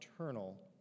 eternal